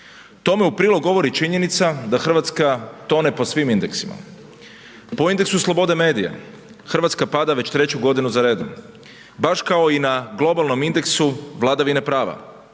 Tome u prilog govori činjenica da Hrvatska tone po svim indeksima, po indeksu slobode medija Hrvatska pada već treću godinu za redom baš kao i na globalnom indeksu vladavine prava